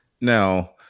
now